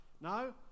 no